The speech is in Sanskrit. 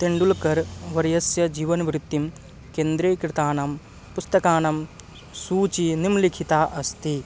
तेण्डुल्कर् वर्यस्य जीवनवृत्तिं केन्द्रीकृतानां पुस्तकानां सूची निम्नलिखिता अस्ति